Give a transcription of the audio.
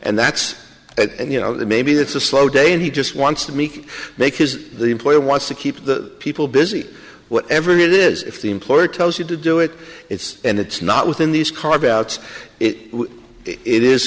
and that's it and you know maybe it's a slow day and he just wants to make make his employer wants to keep the people busy whatever it is if the employer tells you to do it it's and it's not within these carve outs it it is